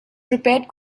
repaired